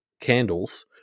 candles